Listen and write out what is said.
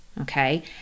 okay